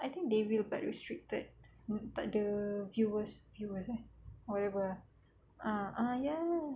I think they will but restricted takde viewers viewers eh whatever ah ah ah ya ya